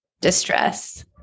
distress